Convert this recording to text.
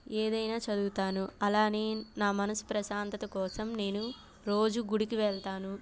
ఏదైనా చదువుతాను అలానే నా మనసు ప్రశాంతత కోసం నేను రోజు గుడికి వెళ్తాను